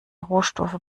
rohstoffe